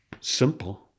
simple